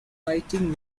fighting